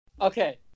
Okay